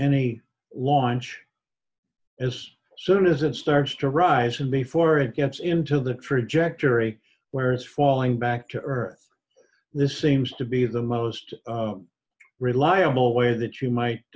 any launch as soon as it starts to rise and before it gets into the trajectory where is falling back to earth this seems to be the most reliable way that you might